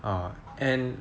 err and